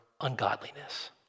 ungodliness